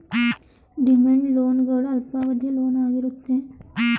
demand loan ಗಳು ಅಲ್ಪಾವಧಿಯ loan ಆಗಿರುತ್ತೆ